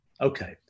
Okay